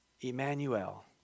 Emmanuel